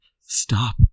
stop